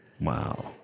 Wow